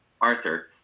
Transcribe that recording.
Arthur